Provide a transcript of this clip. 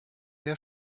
der